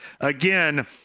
Again